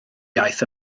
iaith